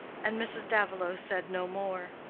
and mrs. davilow said no more.